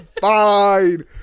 fine